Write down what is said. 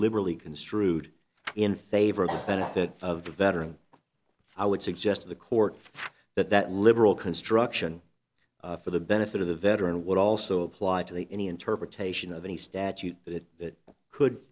liberally construed in favor of benefit of the veteran i would suggest to the court that that liberal construction for the benefit of the veteran would also apply to the any interpretation of any statute that